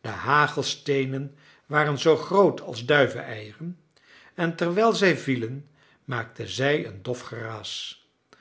de hagelsteenen waren zoo groot als duiveneieren en terwijl zij vielen maakten zij een dof geraas